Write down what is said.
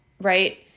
right